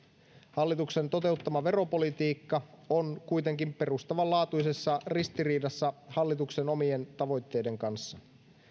hallituksen toteuttama veropolitiikka on kuitenkin perustavanlaatuisessa ristiriidassa hallituksen omien tavoitteiden kanssa